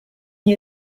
n’y